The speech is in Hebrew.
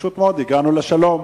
פשוט מאוד הגענו לשלום,